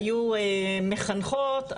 היו מחנכות,